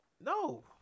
no